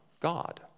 God